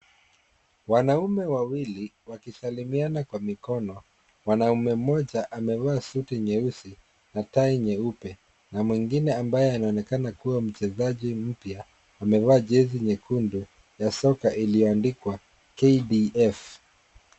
Wanaume wawili walisalimiana kwa mikono, mwanamme mmoja amevaa suti nyeusi na tai nyeupe. Na mwingine ambaye anaonekana kuwa mchezaji mpya, amevaa jezi nyekundu ya soka iliyoandikwa KDF.